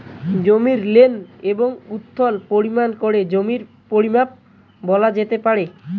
জমির লেন্থ এবং উইড্থ পরিমাপ করে জমির পরিমান বলা যেতে পারে